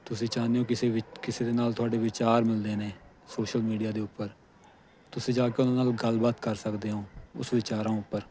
ਤੁਸੀਂ ਚਾਹੁੰਦੇ ਓਂ ਕਿਸੇ ਵੀ ਕਿਸੇ ਦੇ ਨਾਲ ਤੁਹਾਡੇ ਵਿਚਾਰ ਮਿਲਦੇ ਨੇ ਸੋਸ਼ਲ ਮੀਡੀਆ ਦੇ ਉੱਪਰ ਤੁਸੀਂ ਜਾ ਕੇ ਉਹਨਾਂ ਨਾਲ ਗੱਲਬਾਤ ਕਰ ਸਕਦੇ ਓਂ ਉਸ ਵਿਚਾਰਾਂ ਉੱਪਰ